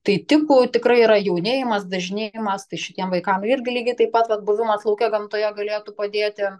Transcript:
tai tikų tikrai yra jaunėjimas dažnėjimas tai šitiem vaikam irgi lygiai taip pat vat buvimas lauke gamtoje galėtų padėti